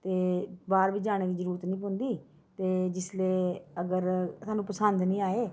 ते बाह्र बी जाने दी जरूरत नी पौंदी ते जिसलै अगर सानूं पसंद नी आए